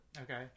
okay